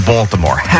Baltimore